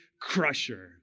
crusher